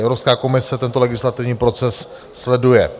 Evropská komise tento legislativní proces sleduje.